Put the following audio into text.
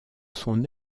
son